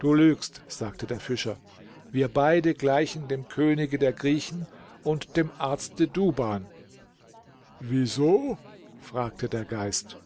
du lügst sagte der fischer wir beide gleichen dem könige der griechen und dem arzte duban wieso fragte der geist